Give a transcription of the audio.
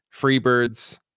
Freebirds